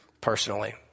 personally